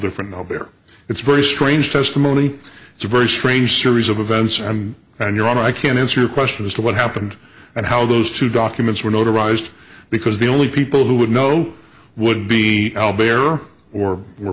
different now where it's very strange testimony it's a very strange series of events and and your honor i can't answer your question as to what happened and how those two documents were notarized because the only people who would know would be albury are or were